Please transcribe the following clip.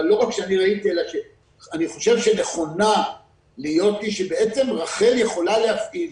אבל לא רק שראיתי אני חושב שנכון שבעצם רח"ל יכולה להפעיל